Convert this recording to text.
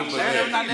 נו, באמת.